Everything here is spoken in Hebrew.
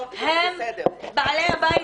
הם בעלי הבית,